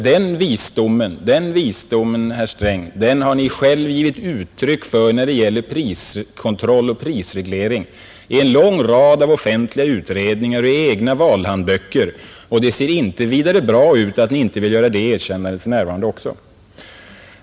Den visdomen, herr Sträng, har Ni själv givit uttryck för när det gäller priskontroll och hyresreglering i en lång rad offentliga utredningar och i egna valhandböcker, och det ser inte vidare bra ut att Ni inte vill göra det erkännandet för närvarande också.